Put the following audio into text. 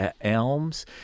Elms